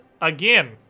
again